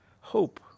Hope